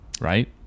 right